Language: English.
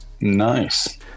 nice